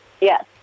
yes